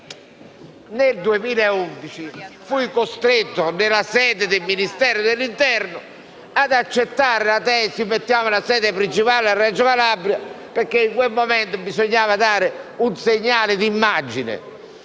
Nel 2011 io fui costretto, nella sede del Ministero dell'interno, ad accettare di mettere la sede principale a Reggio Calabria perché in quel momento bisognava inviare un segnale d'immagine.